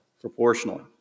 proportionally